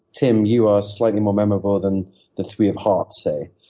tim, you are slightly more memorable than the three of hearts, say,